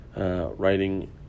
Writing